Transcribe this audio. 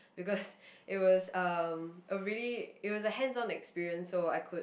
because it was um a really it was a hands on experience so I could